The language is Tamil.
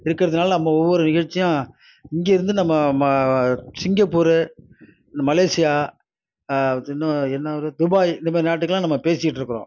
இருக்கிறதுனால நம்ம ஒவ்வொரு நிகழ்ச்சியும் இங்கேருந்து நம்ம சிங்கப்பூரு மலேசியா இன்னும் என்ன ஊர் துபாய் இந்த மாதிரி நாட்டுக்குலாம் நம்ம பேசிகிட்டு இருக்கிறோம்